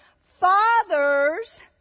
Fathers